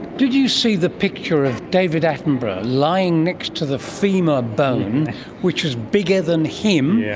did you see the picture of david attenborough lying next to the femur bone which is bigger than him, yeah